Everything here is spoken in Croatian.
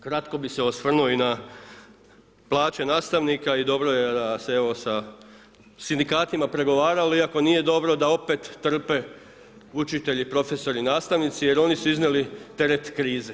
Kratko bi se osvrnuo i na plaće nastavnika i dobro je da se evo sa Sindikatima pregovaralo, iako nije dobro da opet trpe učitelji, profesori, nastavnici, jer oni su iznijeli teret krize.